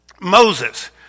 Moses